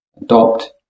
adopt